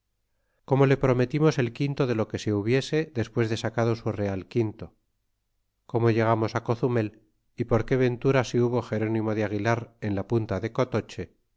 como le prometimos el quinto de lo que se hubiese despues de sacado su real quinto como llegamos á cozumel y por qué ventura se hubo gerónimo de aguilar en la punta de cotoche y